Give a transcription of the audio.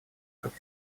как